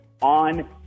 on